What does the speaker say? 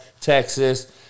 Texas